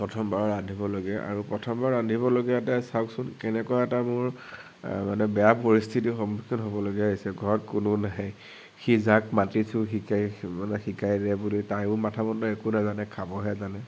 প্ৰথমবাৰ ৰান্ধিবলগীয়া আৰু প্ৰথমবাৰ ৰান্ধিবলগীয়াতে চাওকচোন কেনেকুৱা এটা মোৰ বেয়া পৰিস্থিতিৰ সন্মুখীন হ'বলগীয়া হৈছে ঘৰত কোনো নাই সি যাক মাতিছো শিকাই মানে শিকাই দে বুলি তায়ো মাথা মুণ্ড একো নাজানে খাবহে জানে